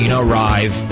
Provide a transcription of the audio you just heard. arrive